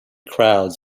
crowds